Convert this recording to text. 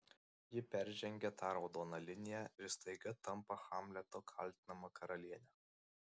ji peržengia tą raudoną liniją ir staiga tampa hamleto kaltinama karaliene